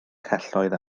celloedd